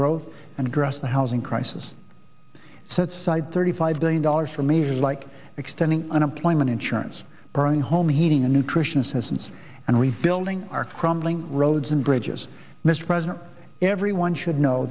growth and address the housing crisis set side thirty five billion dollars for measures like extending unemployment insurance bring home heating and nutrition assistance and rebuilding our crumbling roads and bridges mr president everyone should know